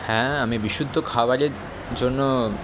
হ্যাঁ আমি বিশুদ্ধ খাওয়ারের জন্য